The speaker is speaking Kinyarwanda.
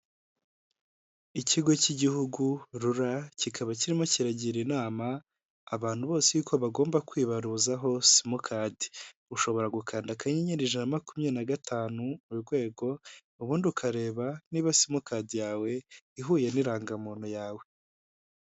Ikigo cy'igihugu Rura, kikaba kirimo kiragira inama abantu bose y'uko bagomba kwibaruzaho simukadi. Ushobora gukanda akanyenyeri ijana na makumyabiri na gatanu urwego, ubundi ukareba niba simukadi yawe ihuye n'irangamuntu yawe.